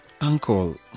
Uncle